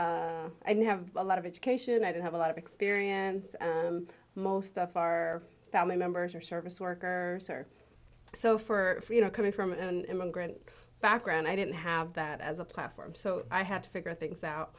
may have a lot of education i don't have a lot of experience most of our family members or service workers are so for you know coming from an immigrant background i didn't have that as a platform so i had to figure things out